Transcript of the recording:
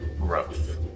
growth